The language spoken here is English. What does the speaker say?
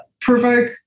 provoke